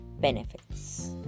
benefits